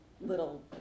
little